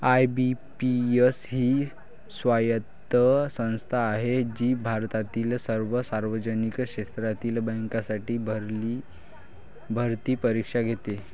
IBPS ही स्वायत्त संस्था आहे जी भारतातील सर्व सार्वजनिक क्षेत्रातील बँकांसाठी भरती परीक्षा घेते